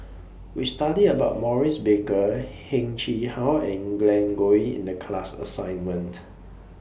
We studied about Maurice Baker Heng Chee How and Glen Goei in The class assignment